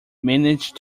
managed